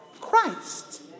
Christ